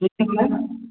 एक चीज और मैम